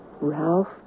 Ralph